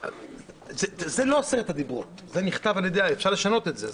זה לא עשרת הדיברות, אפשר לשנות את זה.